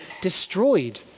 destroyed